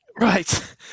right